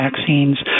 vaccines